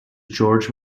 george